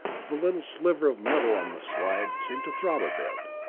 the little sliver of metal on the slide seemed to throb a bit,